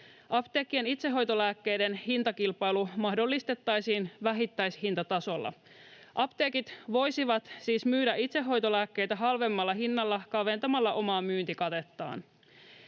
Apteekkien itsehoitolääkkeiden hintakilpailu mahdollistettaisiin vähittäishintatasolla. Apteekit voisivat siis myydä itsehoitolääkkeitä halvemmalla hinnalla kaventamalla omaa myyntikatettaan.